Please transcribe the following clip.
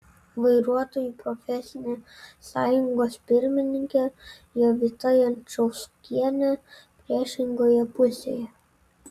vairuotojų profesinė sąjungos pirmininkė jovita jančauskienė priešingoje pusėje